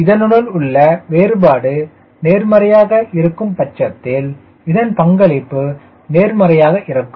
இதனுள் உள்ள வேறுபாடு நேர்மறையாக இருக்கும்பட்சத்தில் இதன் பங்களிப்பு நேர்மறையாக இருக்கும்